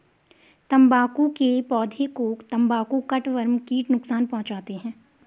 तंबाकू के पौधे को तंबाकू कटवर्म कीट नुकसान पहुंचाते हैं